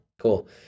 cool